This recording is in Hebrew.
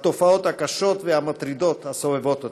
בתופעות הקשות והמטרידות הסובבות אותנו.